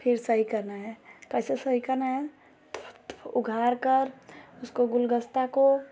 फिर सही करना है कैसे सही करना है उघाड़कर उसको गूलगस्ता को